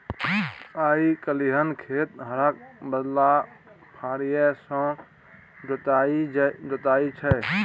आइ काल्हि खेत हरक बदला फारीए सँ जोताइ छै